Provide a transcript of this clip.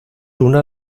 una